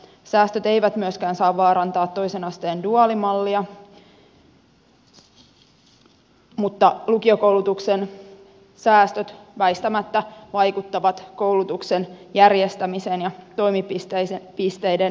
säästöt eivät myöskään saa vaarantaa toisen asteen duaalimallia mutta lukiokoulutuksen säästöt väistämättä vaikuttavat koulutuksen järjestämiseen ja toimipisteiden määrään